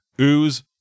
Ooze